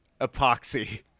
epoxy